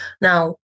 now